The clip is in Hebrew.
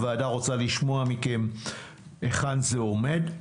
הוועדה רוצה לשמוע מכם היכן זה עומד.